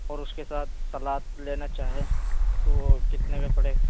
اور اس کے ساتھ سلات لینا چاہیں تو وہ کتنے کا پڑے گا